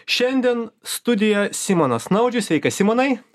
šiandien studijoj simonas naudžius sveikas simonai